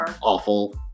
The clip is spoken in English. awful